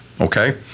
Okay